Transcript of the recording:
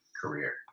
career